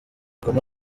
goma